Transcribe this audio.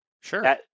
Sure